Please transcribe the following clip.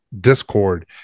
discord